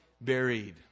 buried